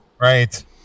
right